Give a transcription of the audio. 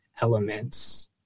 elements